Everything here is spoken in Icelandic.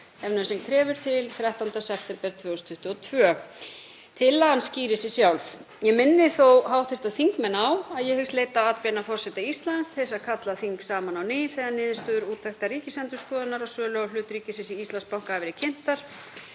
ef nauðsyn krefur, til 13. september 2022.“ Tillagan skýrir sig sjálf. Ég minni þó hv. þingmenn á að ég hyggst leita atbeina forseta Íslands til að kalla þing saman á ný þegar niðurstöður úttektar Ríkisendurskoðunar á sölu á hlut ríkisins í Íslandsbanka hafa verið kynntar